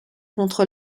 contre